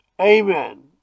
Amen